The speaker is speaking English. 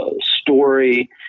story